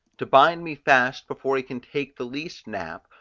to bind me fast before he can take the least nap,